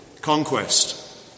conquest